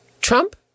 Trump